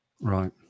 Right